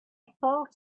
thought